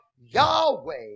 Yahweh